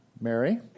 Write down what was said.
mary